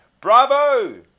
Bravo